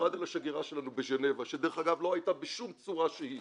במיוחד על השגרירה שלנו בז'נבה שדרך אגב לא הייתה בשום צורה שהיא